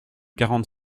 quarante